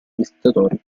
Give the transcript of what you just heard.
visitatori